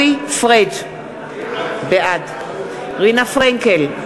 בעד רינה פרנקל,